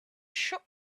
shop